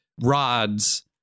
rods